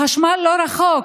החשמל לא רחוק,